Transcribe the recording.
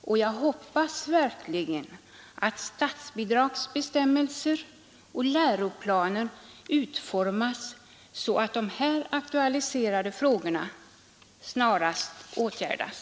Och jag hoppas verkligen att statsbidragsbestämmelser och läroplaner utformas så att de här aktualiserade frågorna snarast åtgärdas.